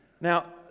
Now